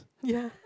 ya